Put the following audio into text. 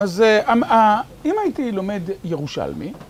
‫אז אם הייתי לומד ירושלמי...